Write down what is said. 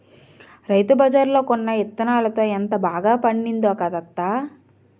రైతుబజార్లో కొన్న యిత్తనాలతో ఎంత బాగా పండిందో కదా అత్తా?